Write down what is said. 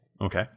Okay